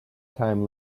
time